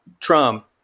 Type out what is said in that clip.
Trump